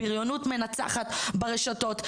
הבריונות מנצחת ברשתות.